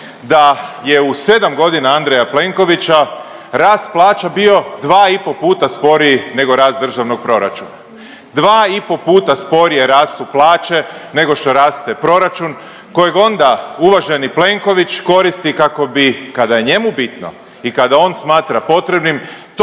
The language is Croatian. da je u 7.g. Andreja Plenkovića rast plaća bio 2 i po puta sporiji nego rast državnog proračuna, 2 i po puta sporije rastu plaće nego što raste proračun kojeg onda uvaženi Plenković koristi kako bi, kada je njemu bitno i kada on smatra potrebnim,